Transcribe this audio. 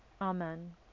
Amen